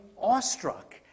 awestruck